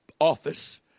office